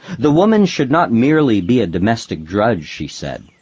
the woman should not merely be a domestic drudge, she said